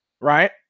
Right